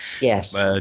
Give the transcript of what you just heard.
Yes